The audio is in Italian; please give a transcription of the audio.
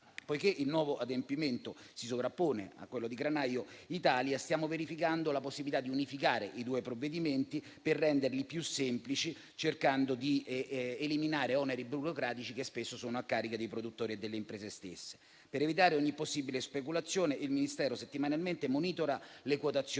Poiché il nuovo adempimento si sovrappone a quello di Granaio Italia, stiamo verificando la possibilità di unificare i due provvedimenti per renderli più semplici, cercando di eliminare oneri burocratici che spesso sono a carico dei produttori e delle imprese stesse. Per evitare ogni possibile speculazione, settimanalmente il Ministero monitora le quotazioni